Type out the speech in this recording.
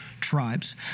tribes